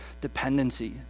dependency